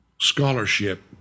scholarship